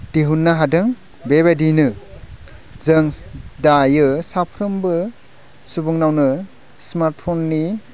दिहुननो हादों बेबायदिनो जों दायो साफ्रोमबो सुबुंनावनो स्मार्टफननि